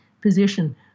position